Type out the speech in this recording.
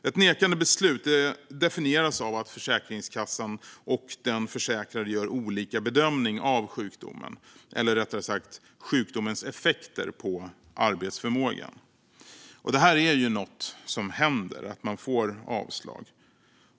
Ett nekande beslut definieras av att Försäkringskassan och den försäkrade gör olika bedömning av sjukdomen, eller rättare sagt sjukdomens effekter på arbetsförmågan. Detta, att man får avslag, är ju något som händer.